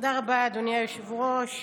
תודה רבה, אדוני היושב-ראש.